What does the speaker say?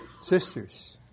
Sisters